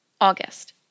August